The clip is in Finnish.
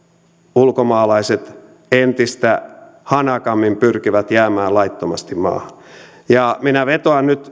ulkomaalaiset entistä hanakammin pyrkivät jäämään laittomasti maahan minä vetoan nyt